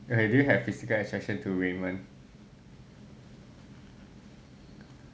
do you have physical attraction to raymond